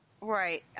Right